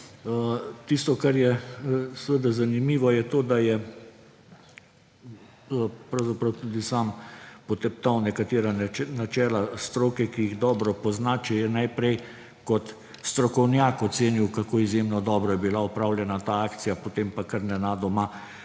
Tisto, kar je seveda zanimivo, je to, da je pravzaprav tudi sam poteptal nekatera načela stroke, ki jih dobro pozna, če je najprej kot strokovnjak ocenil, kako izjemno dobra je bila opravljena ta akcija, potem pa kar nenadoma